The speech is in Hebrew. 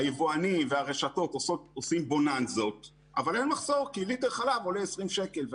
היבואנים והרשתות עושות בוננזות אבל אין מחסור כי ליטר חלב עולה 20 שקל.